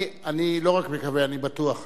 אני לא רק מקווה, אני בטוח.